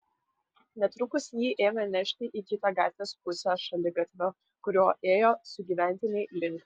netrukus jį ėmė nešti į kitą gatvės pusę šaligatvio kuriuo ėjo sugyventiniai link